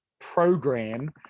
program